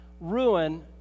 ruin